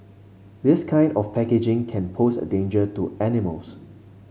this kind of packaging can pose a danger to animals